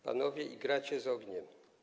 Panowie, igracie z ogniem.